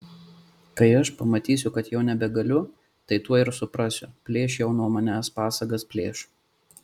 kai aš pamatysiu kad jau nebegaliu tai tuoj ir suprasiu plėš jau nuo manęs pasagas plėš